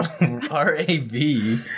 R-A-B